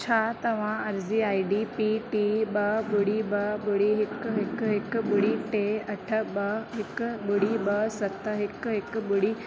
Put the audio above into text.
छा तव्हां अर्ज़ी आई डी पी टी ॿ ॿुड़ी ॿ ॿुड़ी हिकु हिकु हिकु ॿुड़ी टे अठ ॿ हिकु ॿुड़ी ॿ सत हिकु हिकु ॿुड़ी